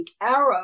arrow